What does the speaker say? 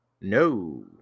No